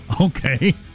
okay